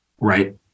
right